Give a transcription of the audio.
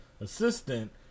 assistant